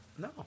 No